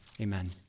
amen